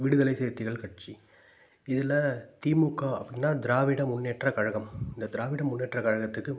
விடுதலை சிறுத்தைகள் கட்சி இதில் திமுக அப்படின்னா திராவிட முன்னேற்ற கழகம் இந்த திராவிட முன்னேற்ற கழகத்துக்கு